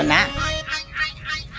i